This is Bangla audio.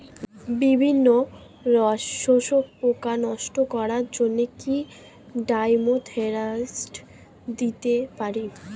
বিভিন্ন রস শোষক পোকা নষ্ট করার জন্য কি ডাইমিথোয়েট দিতে পারি?